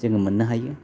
जोङो मोननो हायो